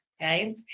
Okay